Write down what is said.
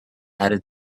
added